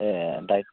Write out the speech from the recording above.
ए दाय